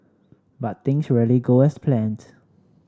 but things rarely go as planned